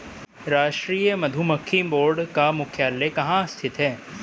राष्ट्रीय मधुमक्खी बोर्ड का मुख्यालय कहाँ स्थित है?